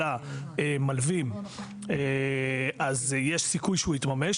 של המלווים יש סיכוי שהוא יתממש.